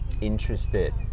interested